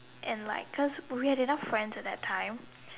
and like because we had enough friends at that time